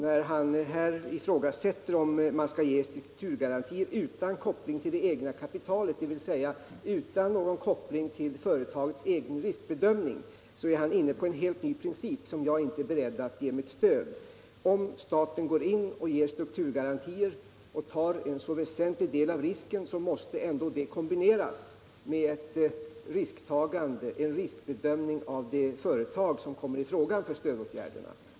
När Hans Nyhage ifrågasätter om man skall ge strukturgarantier utan koppling till det egna kapitalet, dvs. utan någon koppling till företagets egen riskbedömning, är han inne på en helt ny princip som jag inte är beredd att ge mitt stöd. Om staten går in och ger strukturgarantier och alltså tar en så väsentlig del av risken, måste det kombineras med en riskbedömning av det företag som kommer i fråga för stödåtgärderna.